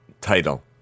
title